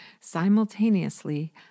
simultaneously